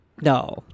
No